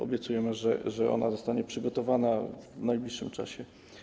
Obiecujemy, że ona zostanie przygotowana w najbliższym czasie.